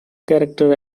character